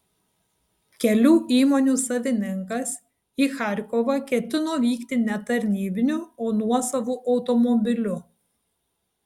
kelių įmonių savininkas į charkovą ketino vykti ne tarnybiniu o nuosavu automobiliu